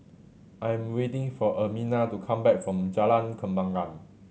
I am waiting for Ermina to come back from Jalan Kembangan